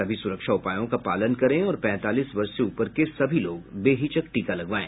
सभी सुरक्षा उपायों का पालन करें और पैंतालीस वर्ष से ऊपर के सभी लोग बेहिचक टीका लगवाएं